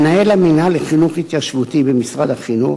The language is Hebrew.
מנהל המינהל לחינוך התיישבותי במשרד החינוך,